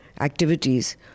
activities